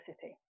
city